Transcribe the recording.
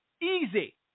Easy